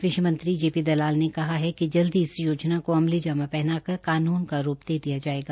कृषि मंत्री जेपी दलाल ने कहा है कि जल्द ही इस योजना को अमलीजामा पहनाकर कानून का रूप दे दिया जाएगा